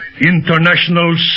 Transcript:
International